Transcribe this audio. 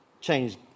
change